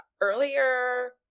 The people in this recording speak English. earlier